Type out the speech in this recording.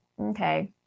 Okay